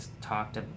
talked